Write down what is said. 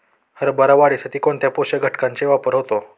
हरभरा वाढीसाठी कोणत्या पोषक घटकांचे वापर होतो?